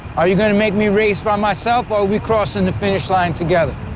are you gonna make me race by myself or are we crossing the finish line together?